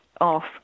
off